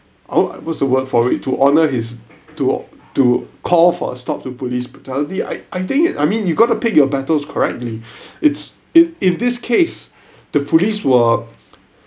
oh what's the word for it to honour his to to call for a stop to police brutality I I think I mean you gotta pick your battles correctly it's it in this case the police were